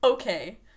Okay